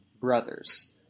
brothers